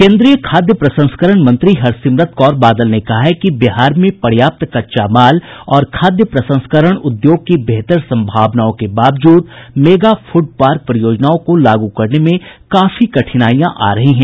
केंद्रीय खाद्य प्रसंस्करण मंत्री हरसिमरत कौर बादल ने कहा है कि बिहार में पर्याप्त कच्चा माल और खाद्य प्रसंस्करण उद्योग की बेहतर संभावनाओं के बावजूद मेगा फूड पार्क परियोजनाओं को लागू करने में काफी कठिनाईयां आ रही हैं